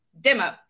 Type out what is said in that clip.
Demo